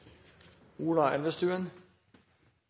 Ola Elvestuen,